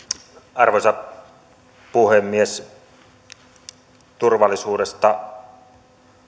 arvoisa puhemies turvallisuudesta